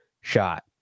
shot